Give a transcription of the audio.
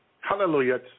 Hallelujah